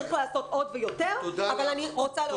צריך לעשות עוד ויותר אבל אני רוצה להודות.